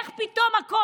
איך פתאום הכול,